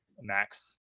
Max